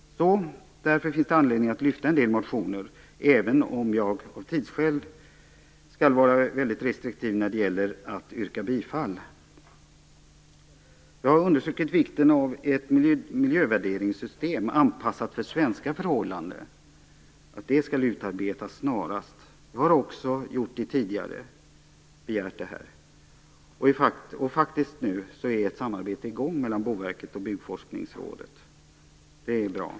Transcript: Därför finns det anledning att lyfta en del motioner - även om jag, av tidsskäl, skall vara restriktiv när det gäller att yrka bifall. Jag har understrukit vikten av att ett miljövärderingssystem anpassat för svenska förhållanden skall utarbetas snarast - jag har också begärt det tidigare - och faktiskt är nu ett samarbete i gång mellan Boverket och Byggforskningsrådet. Det är bra.